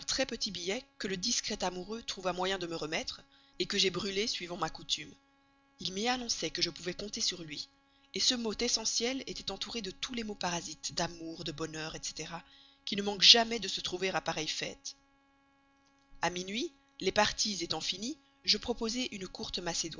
petit billet que le discret amoureux trouva moyen de me remettre que j'ai brûlé suivant ma coutume il m'y annonçait que je pouvais compter sur lui ce mot essentiel était entouré de tous les mots parasites d'amour de bonheur etc etc qui ne manquent jamais de se trouver à pareille fête a minuit les parties étant finies je proposai une courte